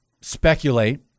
speculate